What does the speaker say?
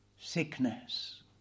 sickness